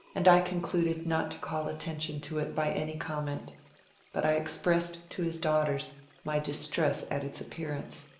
and i concluded not to call attention to it by any comment but i expressed to his daughters my distress at its appearance.